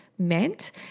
meant